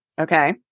Okay